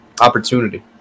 opportunity